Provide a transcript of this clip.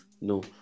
No